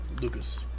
Lucas